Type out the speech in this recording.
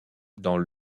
dans